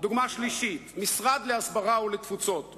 דוגמה שלישית, משרד להסברה ולתפוצות.